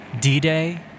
D-Day